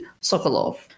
Sokolov